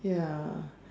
ya